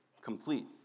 complete